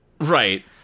Right